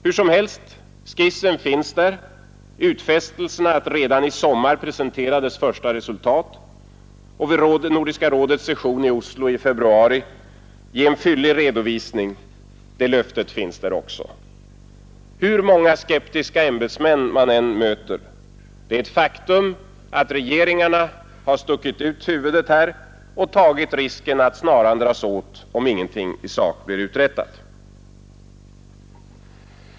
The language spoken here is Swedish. Hur som helst: skissen finns där, utfästelserna att redan i sommar presentera dess första resultat och vid Nordiska rådets session i Oslo i februari nästa år ge en fyllig redovisning — det löftet finns där också. Hur många skeptiska ämbetsmän man än möter — det är ett faktum att regeringarna har stuckit fram huvudet här och tagit risken att snaran dras åt, om ingenting i sak blir uträttat.